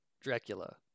Dracula